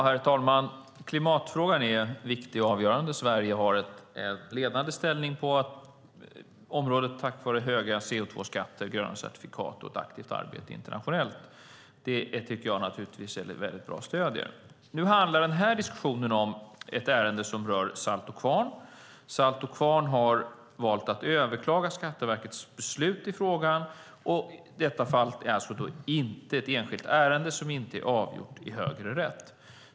Herr talman! Klimatfrågan är viktig och avgörande. Sverige har en ledande ställning på området tack vare höga CO2-skatter, gröna certifikat och ett aktivt arbete internationellt. Det tycker jag naturligtvis är väldigt bra och stöder. Nu handlar den här diskussionen om ett ärende som rör Saltå Kvarn. Saltå Kvarn har valt att överklaga Skatteverkets beslut i frågan. Detta fall är alltså ett enskilt ärende som inte är avgjort i högre rätt.